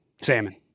Salmon